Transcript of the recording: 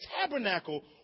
tabernacle